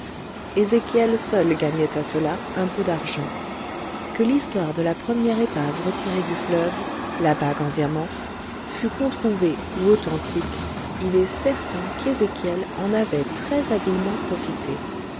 ezéchiel seul gagnait à cela un peu d'argent que l'histoire de la première épave retirée du fleuve la bague en diamants fût controuvée ou authentique il est certain qu'ezéchiel en avait très habilement profité